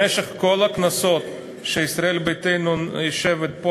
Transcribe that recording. בכל הכנסות שישראל ביתנו יושבת פה,